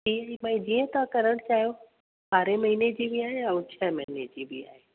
EMI जीअं तव्हां करणु चाहियो ॿारहं महीने जी बि आहे ऐं छह महिने जी बि आहे